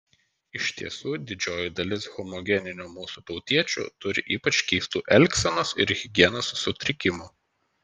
iš tiesų didžioji dalis homogeninių mūsų tautiečių turi ypač keistų elgsenos ir higienos sutrikimų